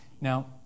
now